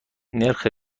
نرخ